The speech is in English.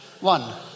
One